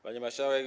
Pani Marszałek!